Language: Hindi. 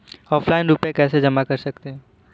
ऑफलाइन रुपये कैसे जमा कर सकते हैं?